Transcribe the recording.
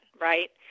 right